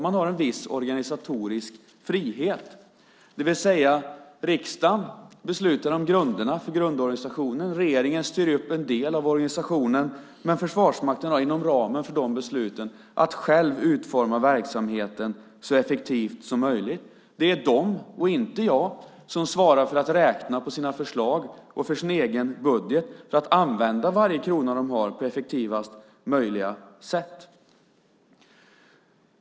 Man har en viss organisatorisk frihet, det vill säga riksdagen beslutar om grunderna för grundorganisationen, och regeringen styr upp en del av organisationen, men Försvarsmakten har inom ramen för de besluten att själv utforma verksamheten så effektivt som möjligt. Det är de och inte jag som svarar för att räkna på sina förslag och sin egen budget för att använda varje krona de har på effektivast möjliga sätt.